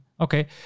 Okay